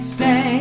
say